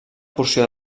porció